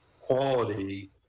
quality